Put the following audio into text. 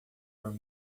por